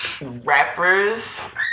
rappers